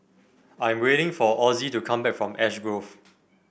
I am waiting for Ozzie to come back from Ash Grove